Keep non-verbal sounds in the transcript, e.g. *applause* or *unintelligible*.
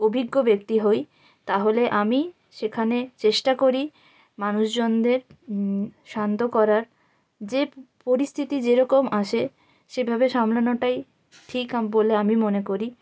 অভিজ্ঞ ব্যক্তি হই তাহলে আমি সেখানে চেষ্টা করি মানুষজনদের শান্ত করার যে পরিস্থিতি যেরকম আসে সেভাবে সামলানোটাই ঠিক *unintelligible* বলে আমি মনে করি